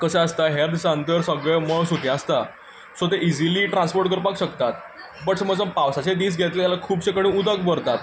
कशें आसता हेर दिसांत तर सगळें मळ सुकें आसता सो ते इजिली ट्रान्सपोर्ट करपाक शकतात बट समज जर पावसाचे दीस घेतले जाल्यार खुबशे कडेन उदक भरता